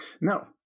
No